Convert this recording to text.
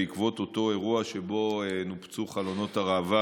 בעקבות אותו אירוע שבו נופצו חלונות הראווה